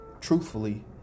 truthfully